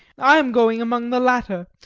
i am going among the latter,